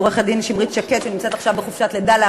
עורכת-דין שמרית שקד שנמצאת עכשיו בחופשת לידה,